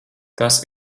tas